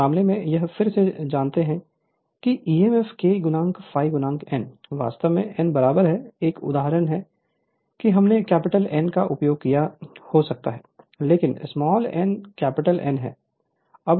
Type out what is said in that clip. इस मामले में हम फिर से जानते हैं कि ईएमएफ K ∅ n वास्तव में n बराबर है एक उदाहरण है कि हमने कैपिटल N का उपयोग किया हो सकता है लेकिन n small n capital N है